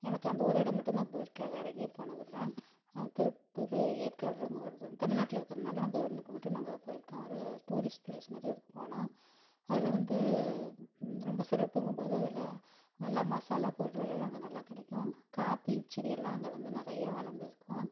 எனக்கு அந்த ஒரு இடம் மட்டுந்தான் போயிருக்கேன் வேற எங்கேயும் போனதில்ல திருப் இது ஏற்காடுங்குறது தமிழ்நாட்டில் இருக்கிறதுனால அது ஒன்றுக்கு மட்டும் நாங்கள் போயிருக்கோம் ஒரு டூரிஸ்ட் ப்ளேஸ் மாதிரி அதுக்கு போனோம் அதில் வந்து ரொம்ப சிறப்புங்கும்போது அதில் நல்லா மசாலா பொருள்கள் எல்லாம் அங்கே நல்லா கிடைக்கும் காப்பி செடியெல்லாம் அங்கே வந்து நிறையா வளர்ந்துருக்கும்